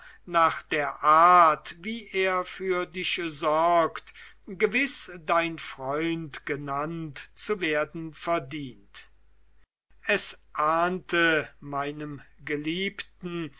nach der art wie er für dich sorgt gewiß dein freund genannt zu werden verdient es ahnte meinem geliebten